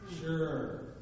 Sure